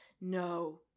no